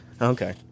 Okay